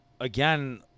Again